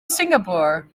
singapore